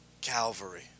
Calvary